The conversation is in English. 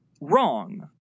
wrong